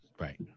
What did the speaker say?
Right